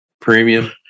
premium